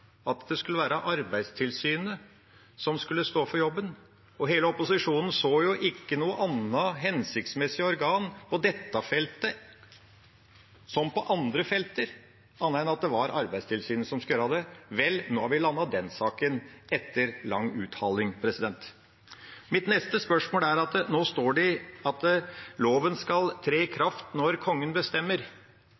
at det skulle være Arbeidstilsynet som skulle stå for jobben. Hele opposisjonen så ikke at det var noe annet hensiktsmessig organ – på dette feltet som på andre felter – enn Arbeidstilsynet som skulle gjøre det. Vel, nå har vi landet den saken – etter lang uthaling. Nå står det at loven skal tre i kraft når Kongen bestemmer. Mitt neste spørsmål er: Når skal så denne lovendringen tre i